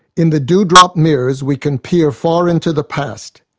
in the dewdrop mirrors we can peer far into the past.